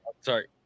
Sorry